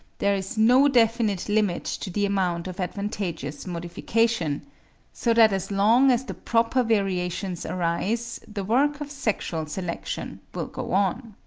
there is no definite limit to the amount of advantageous modification so that as long as the proper variations arise the work of sexual selection will go on.